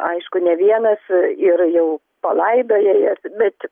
aišku ne vienas ir jau palaidoja jas bet